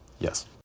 Yes